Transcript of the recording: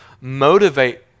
motivate